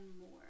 more